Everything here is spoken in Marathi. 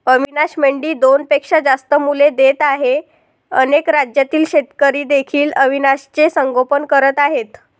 अविशान मेंढी दोनपेक्षा जास्त मुले देत आहे अनेक राज्यातील शेतकरी देखील अविशानचे संगोपन करत आहेत